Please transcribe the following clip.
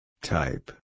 Type